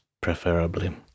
preferably